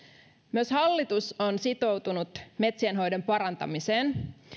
myös hallitus on sitoutunut metsien hoidon parantamiseen